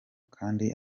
kandi